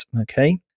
Okay